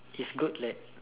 it's good that